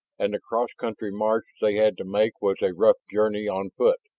and the cross-country march they had to make was a rough journey on foot.